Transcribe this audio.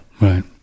Right